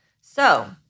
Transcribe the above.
So-